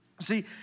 See